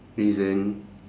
reason